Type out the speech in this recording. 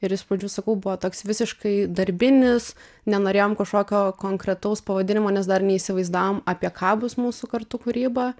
ir is padžių sakau buvo toks visiškai darbinis nenorėjom kažkokio konkretaus pavadinimo nes dar neįsivaizdavom apie ką bus mūsų kartu kūryba